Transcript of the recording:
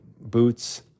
boots